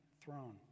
throne